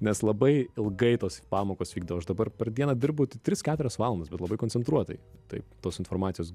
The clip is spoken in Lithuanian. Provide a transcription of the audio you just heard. nes labai ilgai tos pamokos vykdavo aš dabar per dieną dirbu tik tris keturias valandas bet labai koncentruotai taip tos informacijos